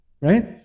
right